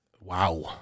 Wow